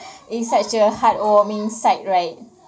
it's such heartwarming sight right